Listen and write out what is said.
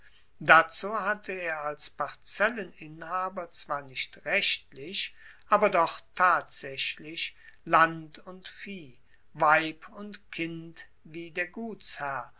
dazu hatte er als parzelleninhaber zwar nicht rechtlich aber doch tatsaechlich land und vieh weib und kind wie der